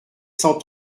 cent